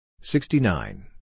sixty-nine